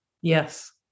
Yes